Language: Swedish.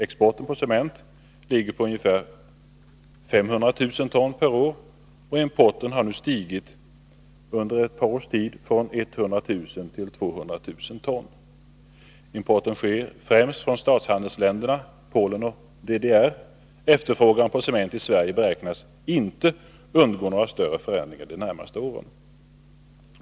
Exporten av cement ligger på ungefär 500 000 ton per år, och importen har under ett par års tid stigit från 100 000 till 200 000 ton. Importen sker främst från statshandelsländerna — Polen och DDR. Efterfrågan på cement i Sverige beräknas inte undergå några större förändringar de närmaste åren.